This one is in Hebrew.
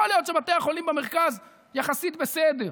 יכול להיות שבתי החולים במרכז יחסית בסדר,